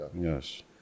Yes